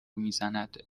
میزند